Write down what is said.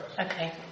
okay